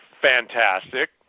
fantastic